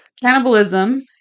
cannibalism